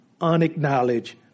unacknowledged